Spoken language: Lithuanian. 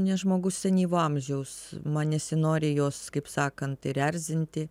nes žmogus senyvo amžiaus man nesinori jos kaip sakant ir erzinti